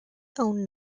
own